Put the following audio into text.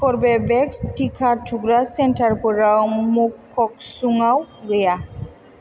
कर्वेभेक्स टिका थुग्रा सेन्टारफोरा मककचुंआव गैया